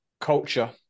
Culture